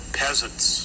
peasants